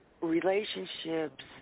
relationships